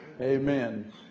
Amen